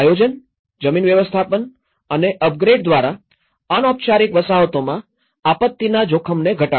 આયોજન જમીન વ્યવસ્થાપન અને અપગ્રેડ દ્વારા અનૌપચારિક વસાહતોમાં આપત્તિના જોખમને ઘટાડવું